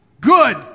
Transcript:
Good